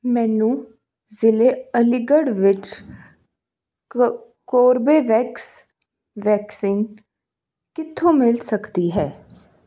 ਮੈਨੂੰ ਜ਼ਿਲ੍ਹੇ ਅਲੀਗੜ੍ਹ ਵਿੱਚ ਕ ਕੋਰਬੇਵੈਕਸ ਵੈਕਸੀਨ ਕਿੱਥੋਂ ਮਿਲ ਸਕਦੀ ਹੈ